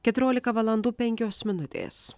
keturiolika valandų penkios minutės